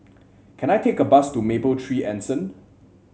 can I take a bus to Mapletree Anson